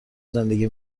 زندگی